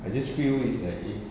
I just feel it like it